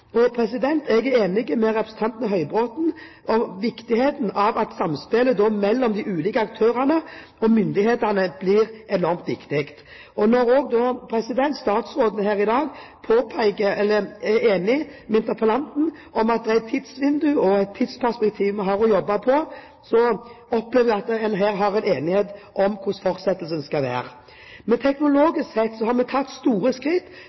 Jeg er enig med representanten Høybråten i at samspillet mellom de ulike aktørene og myndighetene blir enormt viktig. Når også statsråden her i dag er enig med interpellanten i at det er et tidsvindu og et tidsperspektiv vi har å jobbe etter, opplever jeg at man her har en enighet om hvordan fortsettelsen skal være. Teknologisk sett har vi tatt store skritt